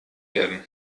werden